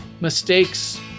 mistakes